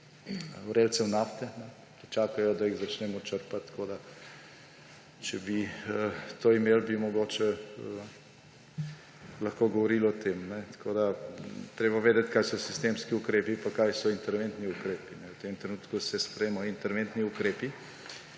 vrelcev nafte, ki čakajo, da jih začnemo črpati. Če bi to imeli, bi mogoče lahko govorili o tem. Treba je vedeti, kaj so sistemski ukrepi pa kaj so interventni ukrepi. V tem trenutku se sprejemajo interventni ukrepi.